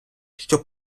щоб